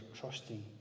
trusting